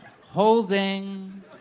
holding